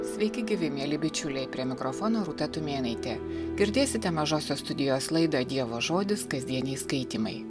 sveiki gyvi mieli bičiuliai prie mikrofono rūta tumėnaitė girdėsite mažosios studijos laidą dievo žodis kasdieniai skaitymai